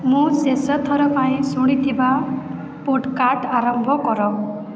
ମୁଁ ଶେଷ ଥର ପାଇଁ ଶୁଣିଥିବା ପୋଡ଼୍କାଷ୍ଟ ଆରମ୍ଭ କର